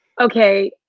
Okay